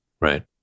Right